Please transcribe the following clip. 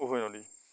উভৈনদী